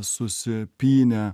susi pynę